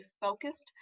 focused